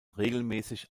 regelmäßig